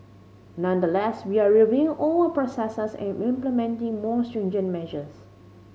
nonetheless we are reviewing all our processes and implementing more stringent measures